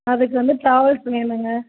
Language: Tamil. அதுக்கு வந்து டிராவல்ஸு வேணும்ங்க